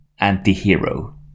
*Antihero*